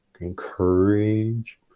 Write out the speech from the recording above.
encourage